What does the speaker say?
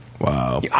Wow